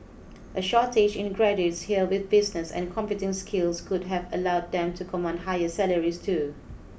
a shortage in graduates here with business and computing skills could have allowed them to command higher salaries too